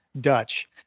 Dutch